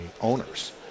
owners